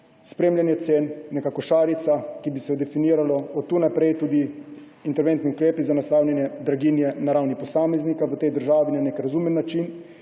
spremljanja cen, neke košarice, ki bi se definirala, od tu naprej tudi interventnih ukrepov za naslavljanje draginje na ravni posameznika v tej državi na nek razumen način